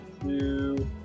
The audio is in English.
two